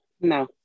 No